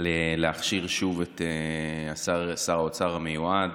להכשיר שוב את שר האוצר המיועד.